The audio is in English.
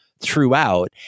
throughout